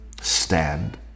stand